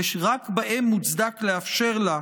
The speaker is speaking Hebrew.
ורק בהם מוצדק לאפשר לה,